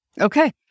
Okay